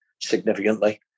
significantly